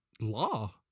law